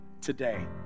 today